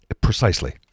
Precisely